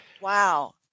Wow